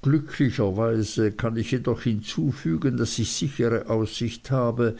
glücklicherweise kann ich jedoch hinzufügen daß ich sichere aussicht habe